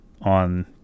on